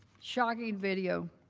shocking video.